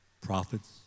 prophets